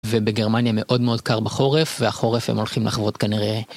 ובגרמניה מאוד מאוד קר בחורף, והחורף הם הולכים לחוות כנראה...